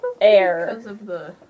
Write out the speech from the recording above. air